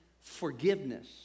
forgiveness